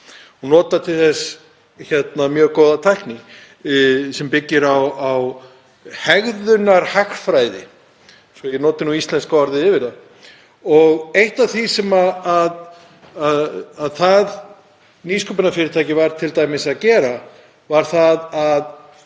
og notar til þess mjög góða tækni sem byggist á hegðunarhagfræði, svo ég noti nú íslenska orðið yfir það. Og eitt af því sem það nýsköpunarfyrirtæki var t.d. að gera var að